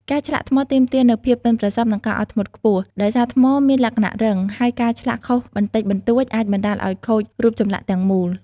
ការឆ្លាក់ថ្មទាមទារនូវភាពប៉ិនប្រសប់ និងការអត់ធ្មត់ខ្ពស់ ដោយសារថ្មមានលក្ខណៈរឹង ហើយការឆ្លាក់ខុសបន្តិចបន្តួចអាចបណ្ដាលឱ្យខូចរូបចម្លាក់ទាំងមូល។